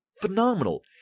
phenomenal